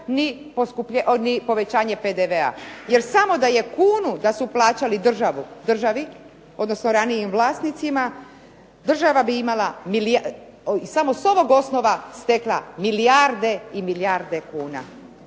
ni povećanje PDV-a. Jer samo da su kunu plaćali državi, odnosno ranijim vlasnicima, država bi imala samo s ovog osnova stekla milijarde i milijarde kuna.